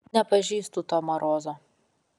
nepažįstu to marozo